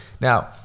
Now